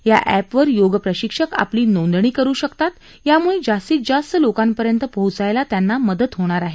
या ऍप वर योग प्रशिक्षक आपली नोंदणी करू शकतात यामुळे जास्तीत जास्त लोकांपर्यंत पोहोचायला त्यांना मदत होणार आहे